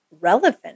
relevant